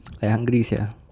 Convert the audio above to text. I hungry sia